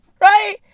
right